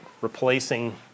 replacing